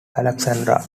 alexandra